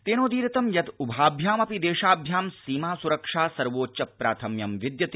तेनोदीरितं यद् उभाभ्यामपि देशाभ्यां सीमा स्रक्षा सर्वोच्च प्राथम्यं विद्यते